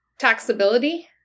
taxability